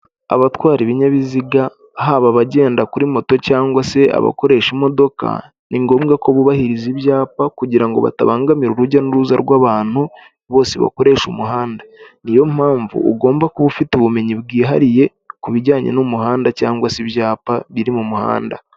Abatwara ibinyabiziga haba abagenda kuri moto cyagwa se abakoresha imodoka, ni ngombwa ko bubahiriza ibyapa kugirango batabangamira urujya n'uruza rw'abantu bose bakoresha umuhanda, niyo mpamvu ugomba kuba ufite ubumenyi bwihariye ku bijyanye n'umuhanda cyangwa se ibyapa biri mu muhanda.